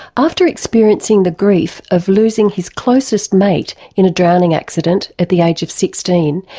after experiencing the grief of losing his closest mate in a drowning accident at the age of sixteen,